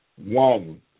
One